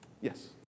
Yes